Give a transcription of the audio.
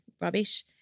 rubbish